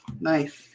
Nice